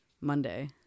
Monday